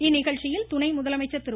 இந்நிகழ்ச்சியில் துணை முதலமைச்சா் திரு